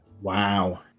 Wow